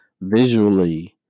visually